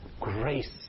grace